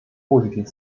positiv